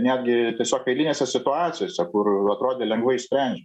netgi tiesiog eilinėse situacijose kur atrodė lengvai išsprendžia